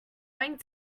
going